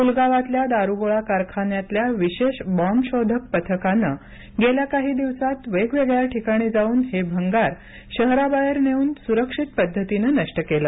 पुलगावातल्या दारुगोळा कारखान्यातल्या विशेष बॅम्ब शोधक पथकानं गेल्या काही दिवसांत वेगवेगळ्या ठिकाणी जाऊन हे भंगार शहराबाहेर नेऊन सुरक्षित पद्धतीनं नष्ट केलं